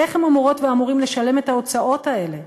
איך הן אמורות ואמורים לשלם את ההוצאות האלה,